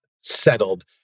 settled